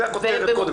זו הכותרת קודם כל.